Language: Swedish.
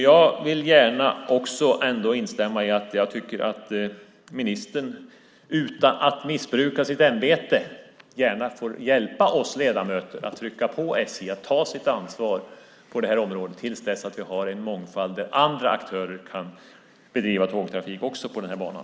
Jag vill instämma i att ministern, utan att missbruka sitt ämbete, gärna får hjälpa oss ledamöter att trycka på SJ att ta sitt ansvar på det här området tills vi har en mångfald där även andra aktörer kan bedriva tågtrafik på den här banan.